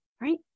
right